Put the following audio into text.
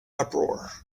uproar